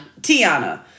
Tiana